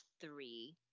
three